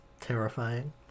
terrifying